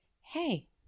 hey